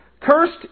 Cursed